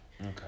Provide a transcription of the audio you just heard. Okay